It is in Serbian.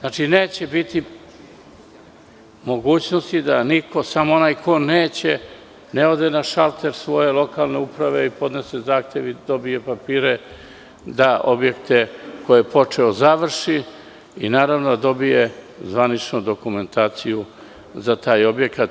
Neće biti mogućnosti da iko, samo onaj ko neće, ne ode na šalter svoje lokalne uprave i podnese zahtev, dobije papire da objekte koje je počeo završi i dobije zvaničnu dokumentaciju za taj objekat.